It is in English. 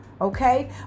okay